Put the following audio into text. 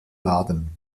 laden